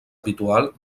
habitual